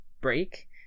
break